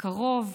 קרוב,